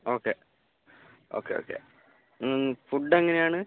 okay okay okay food എങ്ങനെയാണ്